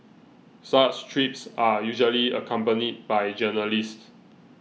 such trips are usually accompanied by journalists